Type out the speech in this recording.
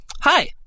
Hi